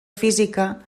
física